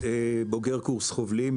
בוגר קורס חובלים,